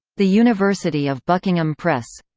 the university of buckingham press.